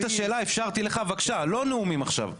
רצית שאלה, אפשרתי לך, אבל לא נאומים עכשיו.